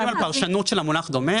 אם מדברים על פרשנות של המונח "דומה",